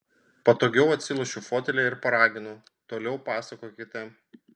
patogiau atsilošiu fotelyje ir paraginu toliau pasakokite